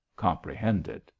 comprehended